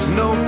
no